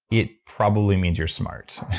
it probably means you're smart.